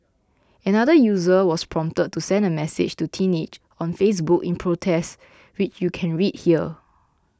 another user was prompted to send a message to teenage on Facebook in protest which you can read here